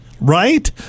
right